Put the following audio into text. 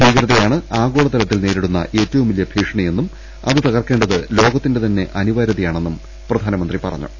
ഭീകരതയാണ് ആഗോളതലത്തിൽ നേരിടുന്ന ഏറ്റവും വലിയ ഭീഷണിയെന്നും അത് തകർക്കേണ്ടത് ലോകത്തിന്റെ തന്നെ അനിവാര്യതയാ ണെന്നും പ്രധാനമന്ത്രി പറഞ്ഞു